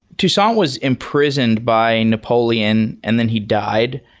toussaint was imprisoned by napoleon and then he died.